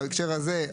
בהקשר הזה,